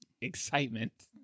excitement